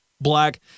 black